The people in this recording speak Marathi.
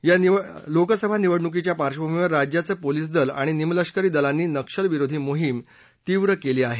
या निवडणुकीच्या पार्बभूमीवर राज्याचं पोलिस दल आणि निमलष्करी दलांनी नक्षलविरोधी मोहीम तीव्र केली आहे